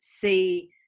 see